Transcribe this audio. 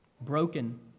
broken